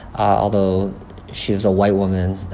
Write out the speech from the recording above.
although she is a white woman,